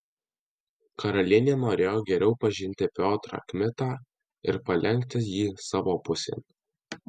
karalienė norėjo geriau pažinti piotrą kmitą ir palenkti jį savo pusėn